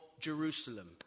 Jerusalem